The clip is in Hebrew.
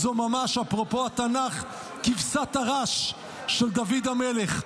זו ממש, אפרופו התנ"ך, כבשת הרש של דוד המלך.